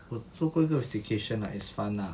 我住过一个 staycation lah it's fun lah